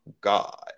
God